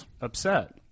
upset